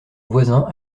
voisins